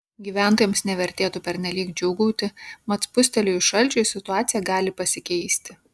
gyventojams nevertėtų pernelyg džiūgauti mat spustelėjus šalčiui situacija gali pasikeisti